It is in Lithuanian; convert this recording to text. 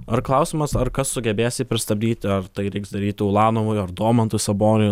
ir klausimas ar kas sugebės jį pristabdyti ar tai reiks daryt ulanovui ar domantui saboniui